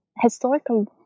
historical